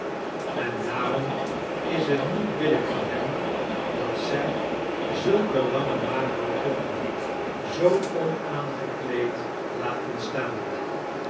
em daarom is t niet billijk van hen dat zij zulke lange magere klokken zoo